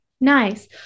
Nice